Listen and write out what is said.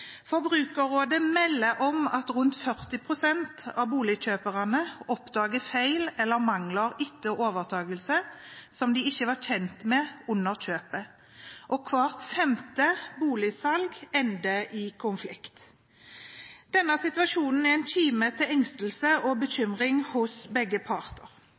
Forbrukerrådet melder om at rundt 40 pst. av boligkjøperne oppdager feil eller mangler etter overtakelsen som de ikke var kjent med under kjøpet, og hvert femte boligsalg ender i konflikt. Denne situasjonen er en kime til engstelse og bekymring hos begge parter.